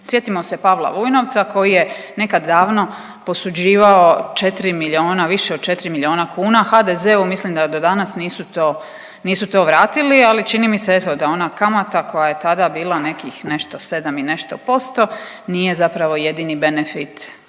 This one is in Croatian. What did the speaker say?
Sjetimo se Pavla Vujnovca koji je nekad davno posuđivao 4 milijuna, više od 4 milijuna kuna HDZ-u, mislim da do danas nisu to vratili, ali čini mi se eto, da ona kamata koja je tada bila nekih, nešto 7 i nešto posto, nije zapravo jedini benefit